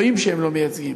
רואים שהם לא מייצגים,